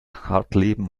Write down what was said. hartleben